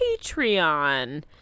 Patreon